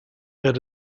had